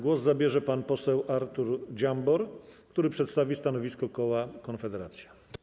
Głos zabierze pan poseł Artur Dziambor, który przedstawi stanowisko koła Konfederacja.